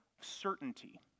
certainty